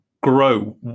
grow